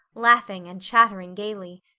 laughing and chattering gaily.